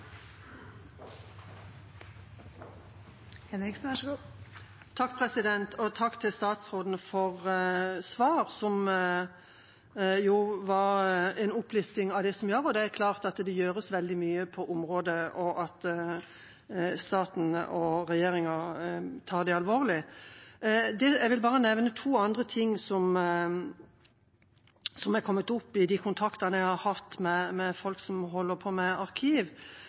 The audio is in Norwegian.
klart at det gjøres veldig mye på området, og at staten og regjeringa tar det alvorlig. Jeg vil bare nevne to andre ting som har kommet opp i kontakten jeg har hatt med folk som holder på med arkiv.